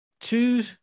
two